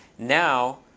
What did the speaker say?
now,